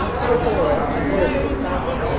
chrysoloras deserved the stipend,